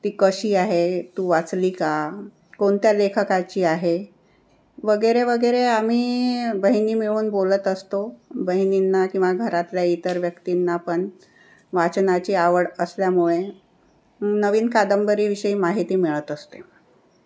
ती कशी आहे तू वाचली का कोणत्या लेखकाची आहे वगैरे वगैरे आम्ही बहिणी मिळून बोलत असतो बहिणींना किंवा घरातल्या इतर व्यक्तींना पण वाचनाची आवड असल्यामुळे नवीन कादंबरीविषयी माहिती मिळत असते